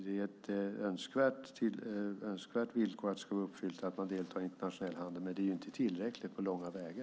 Ett önskvärt villkor att uppfylla är att man deltar i internationell handel, men det är inte på långa vägar tillräckligt.